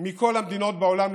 מכל המדינות בעולם,